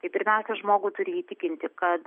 kaip pirmiausia žmogų turi įtikinti kad